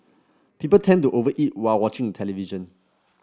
people tend to over eat while watching the television